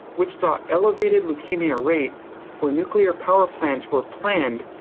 which saw elevated leukemia rates where nuclear power plants were planned,